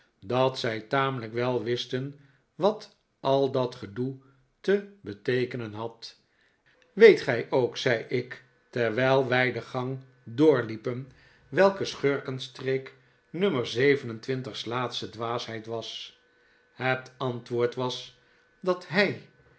dat zij tamelijk wel wisten wat al dat gedoe te beteekenen had weet gij ook zei ik terwijl wij de gang door liepen welke schurkenstreek nummer zeven en twintig's laatste dwaasheid was het antwoord was dat hij